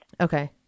Okay